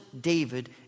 David